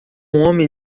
homem